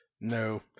no